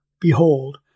Behold